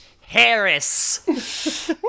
Harris